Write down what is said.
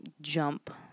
jump